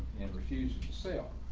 and refuse to sale